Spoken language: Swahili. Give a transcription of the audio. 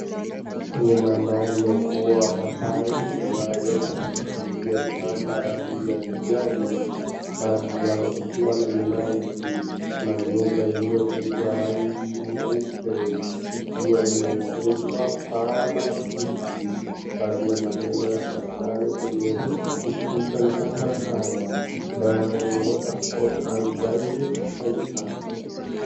Kwenye mandhari ya ufuo wa bahari kunayo miti iliyotanda rangi ya kijani. baadhi yao ikiwa ni minazi na nyumba iliyopigwa rangi nyeupe ikiwa imeekezwa paa la makuti. Baadhi ya maneno yafuatayo kwenye ukuta ni kama haya Diamond Water Sport and Diving Center.